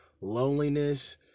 loneliness